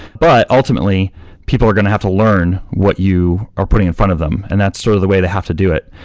but ultimately people are going to have to learn what you are putting in front of them, and that's sort of the way they have to do it.